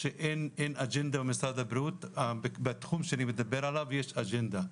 שאין אג'נדה במשרד הבריאות בתחום שלי יש אג'נדה.